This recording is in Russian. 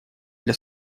для